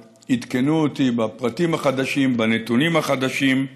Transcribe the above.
הם עדכנו אותי בפרטים החדשים, בנתונים החדשים,